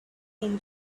been